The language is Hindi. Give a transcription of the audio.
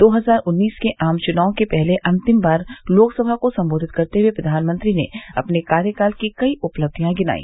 दो हजार उन्नीस के आम चुनाव के पहले अंतिम बार लोकसभा को संबोधित करते हुए प्रधानमंत्री ने अपने कार्यकाल की कई उपलथियां गिनाई